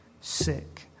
sick